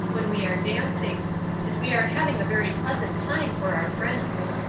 when we are dancing and we are having a very pleasant time for our friends.